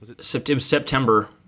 September